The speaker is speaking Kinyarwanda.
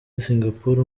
singapore